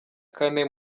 kane